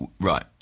Right